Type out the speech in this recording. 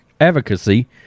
advocacy